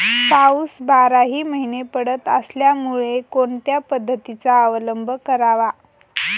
पाऊस बाराही महिने पडत असल्यामुळे कोणत्या पद्धतीचा अवलंब करावा?